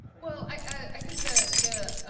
well, i think the the